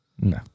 No